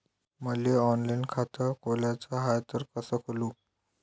मले ऑनलाईन खातं खोलाचं हाय तर कस खोलू?